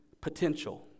potential